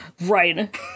Right